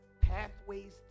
pathways